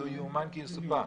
לא יאומן כי יסופר.